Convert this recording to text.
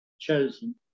chosen